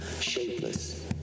shapeless